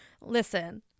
listen